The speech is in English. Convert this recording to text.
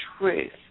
truth